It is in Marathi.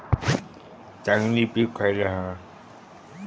चांगली पीक खयला हा?